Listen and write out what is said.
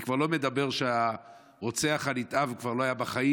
אני כבר לא מדבר על זה שהרוצח הנתעב כבר לא היה בחיים,